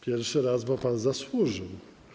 Pierwszy raz, bo pan zasłużył.